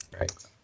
Right